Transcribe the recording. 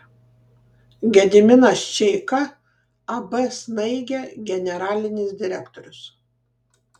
gediminas čeika ab snaigė generalinis direktorius